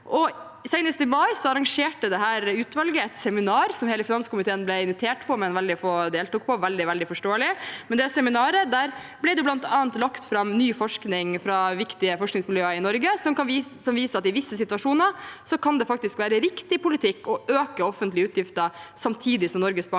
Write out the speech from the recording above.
Senest i mai arrangerte dette utvalget et seminar, som hele finanskomiteen ble invitert til, men som veldig få deltok på, noe som er veldig, veldig forståelig. På det seminaret ble det bl.a. lagt fram ny forskning fra viktige forskningsmiljøer i Norge som viser at det i visse situasjoner faktisk kan være riktig politikk å øke offentlige utgifter samtidig som Norges Bank